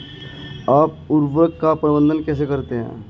आप उर्वरक का प्रबंधन कैसे करते हैं?